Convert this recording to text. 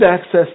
access